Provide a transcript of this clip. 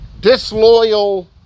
disloyal